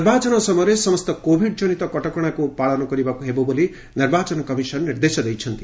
ନିର୍ବାଚନ ସମୟରେ ସମସ୍ତ କୋଭିଡ୍ ଜନିତ କଟକଣାକୁ ପାଳନ କରିବାକୁ ହେବ ବୋଲି ନିର୍ବାଚନ କମିଶନ୍ ନିର୍ଦ୍ଦେଶ ଦେଇଛନ୍ତି